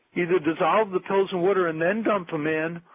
either dissolve the pills in water and then dump them in,